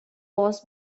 was